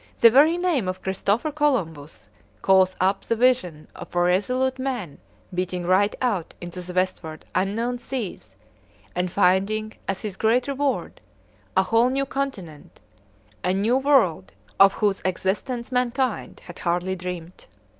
the very name of christopher columbus calls up the vision of a resolute man beating right out into the westward unknown seas and finding as his great reward a whole new continent a new world of whose existence mankind had hardly dreamt.